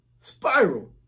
Spiral